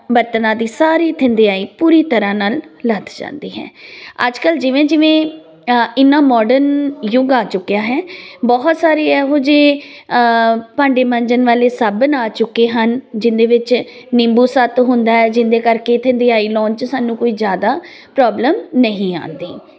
ਬਰਤਨਾਂ ਦੀ ਸਾਰੀ ਥਿੰਦਿਆ ਈ ਪੂਰੀ ਤਰ੍ਹਾਂ ਨਾਲ ਲੱਥ ਜਾਂਦੀ ਹੈ ਅੱਜ ਕੱਲ ਜਿਵੇਂ ਜਿਵੇਂ ਇਹਨਾਂ ਮਾਡਰਨ ਯੁੱਗ ਆ ਚੁੱਕਿਆ ਹੈ ਬਹੁਤ ਸਾਰੇ ਇਹੋ ਜਿਹੇ ਭਾਂਡੇ ਮੰਜਣ ਵਾਲੇ ਸਾਬਣ ਆ ਚੁੱਕੇ ਹਨ ਜਿਹਦੇ ਵਿੱਚ ਨਿੰਬੂ ਸੱਤ ਹੁੰਦਾ ਹੈ ਜਿਹਦੇ ਕਰਕੇ ਧੰਦਿਆਈ ਲਾਉਣ ਚ ਸਾਨੂੰ ਕੋਈ ਜਿਆਦਾ ਪ੍ਰੋਬਲਮ ਨਹੀਂ ਆਉਂਦੀ